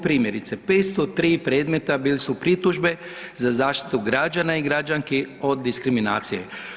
Primjerice, 503 predmeta bili su pritužbe za zaštitu građana i građanki od diskriminacije.